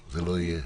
זה לא יהיה.